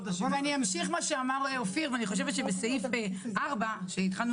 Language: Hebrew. כמה מתוכם ה-4.5 באמת פוגע בהם?